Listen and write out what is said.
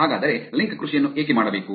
ಹಾಗಾದರೆ ಲಿಂಕ್ ಕೃಷಿಯನ್ನು ಏಕೆ ಮಾಡಬೇಕು